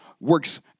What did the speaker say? works